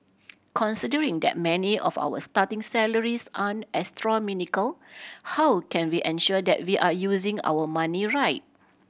considering that many of our starting salaries aren't astronomical how can we ensure that we are using our money right